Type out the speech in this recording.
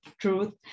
truth